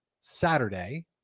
saturday